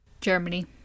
Germany